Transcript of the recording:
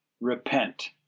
repent